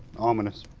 ominous.